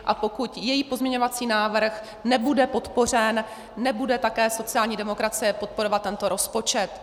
A pokud její pozměňovací návrh nebude podpořen, nebude také sociální demokracie podporovat tento rozpočet.